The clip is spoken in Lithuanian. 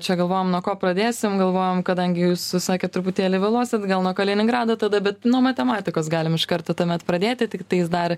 čia galvojom nuo ko pradėsim galvojom kadangi jūs sakėt truputėlį vėluosit gal nuo kaliningrado tada bet nuo matematikos galim iš karto tuomet pradėti tiktais dar